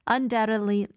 Undoubtedly